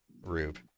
Rube